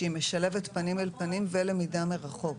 שהיא משלבת פנים אל פנים ולמידה מרחוק.